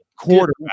Quarterback